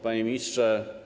Panie Ministrze!